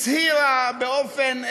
הצהירה באופן חד-משמעי,